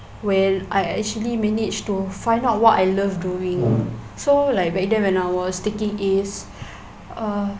well I actually managed to find out what I love doing so like back then when I was taking As uh